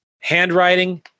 handwriting